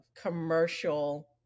commercial